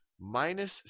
minus